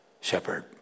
shepherd